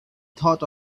thought